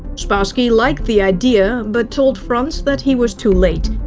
spassky liked the idea but told frans that he was too late.